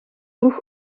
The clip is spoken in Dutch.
vroeg